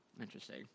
Interesting